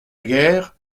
guerre